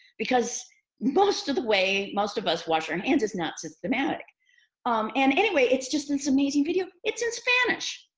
because most of the way most of us wash our hands is not systematic and anyway, it's just this amazing video. it's in spanish.